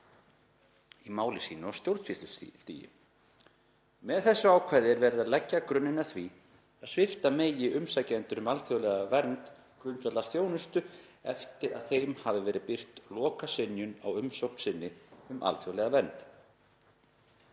í máli sínu á stjórnsýslustigi. Með þessu ákvæði er verið að leggja grunninn að því að svipta megi umsækjendur um alþjóðlega vernd grundvallarþjónustu eftir að þeim hafi verið birt lokasynjun á umsókn sinni um alþjóðlega vernd.